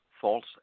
false